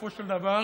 בסופו של דבר